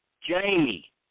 Jamie